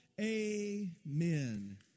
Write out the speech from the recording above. amen